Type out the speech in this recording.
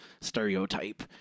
stereotype